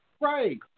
Right